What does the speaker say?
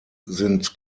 sind